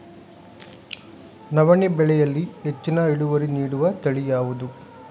ನವಣೆ ಬೆಳೆಯಲ್ಲಿ ಹೆಚ್ಚಿನ ಇಳುವರಿ ನೀಡುವ ತಳಿ ಯಾವುದು?